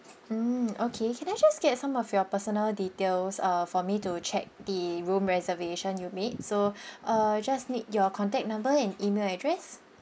mm okay can I just get some of your personal details uh for me to check the room reservation you made so uh just need your contact number and email address